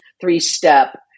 three-step